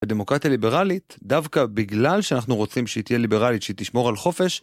הדמוקרטיה ליברלית, דווקא בגלל שאנחנו רוצים שהיא תהיה ליברלית, שהיא תשמור על חופש